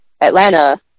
Atlanta